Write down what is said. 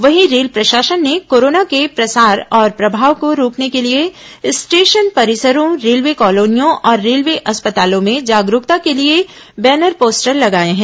वहीं रेल प्रशासन ने कोरोना के प्रसार और प्रभाव को रोकने के लिए स्टेशन परिसरों रेलवे कॉलोनियों और रेलवे अस्पतालों में जागरूकता के लिए बैनर पोस्टर लगाए हैं